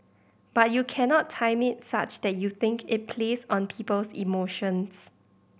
but you cannot time it such that you think it plays on people's emotions